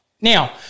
Now